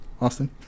Austin